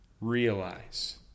realize